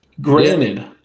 Granted